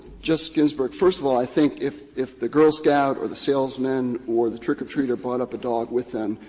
justice ginsburg, first of all, i think, if if the girl scout or the salesman or the trick-or-treater brought up a dog with them,